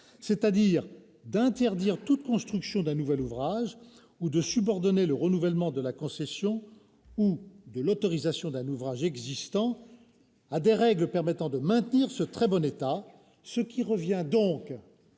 c'est-à-dire d'interdire toute construction d'un nouvel ouvrage, ou de subordonner le renouvellement de la concession ou de l'autorisation d'un ouvrage existant à des règles permettant de maintenir ce très bon état, ce qui revient donc